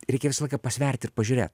reikia visą laiką pasvert ir pažiūrėt